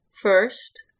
first